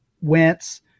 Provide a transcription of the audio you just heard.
Wentz